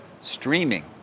Streaming